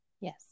Yes